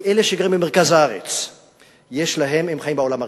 כי אלה שגרים במרכז הארץ הם חיים בעולם הראשון.